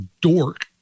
dork